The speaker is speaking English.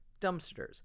Dumpsters